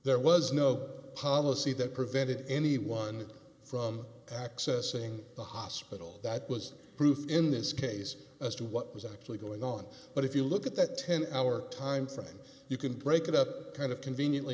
there was no policy that prevented anyone from accessing the hospital that was proof in this case as to what was actually going on but if you look at that ten hour time frame you can break it up kind of conveniently